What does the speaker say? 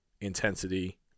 intensity